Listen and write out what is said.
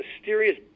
mysterious